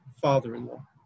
father-in-law